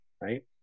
right